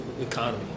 economy